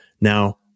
Now